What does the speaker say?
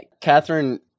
Catherine